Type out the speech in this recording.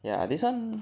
ya this one